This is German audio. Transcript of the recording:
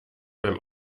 beim